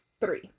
three